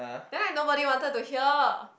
then like nobody wanted to hear